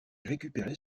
récupérés